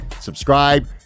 Subscribe